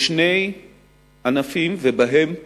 בשני ענפים, ובהם בלבד,